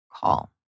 call